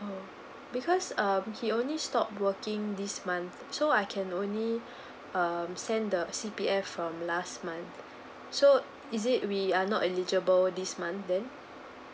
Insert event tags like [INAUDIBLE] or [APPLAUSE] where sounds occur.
oh because um he only stop working this month so I can only [BREATH] um send the C_P_F from last month so uh is it we are not eligible this month then